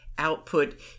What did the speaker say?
Output